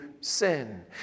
sin